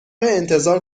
انتظار